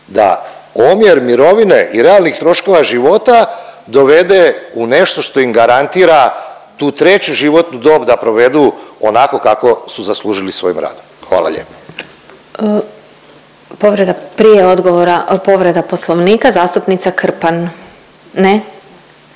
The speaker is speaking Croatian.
da omjer mirovine i realnih troškova života dovede u nešto što im garantira tu treću životnu dob da provedu onako kako su zaslužili svojim radom, hvala lijepo. **Glasovac, Sabina (SDP)** Povreda, prije odgovora, povreda Poslovnika, zastupnica Krpan. Ne?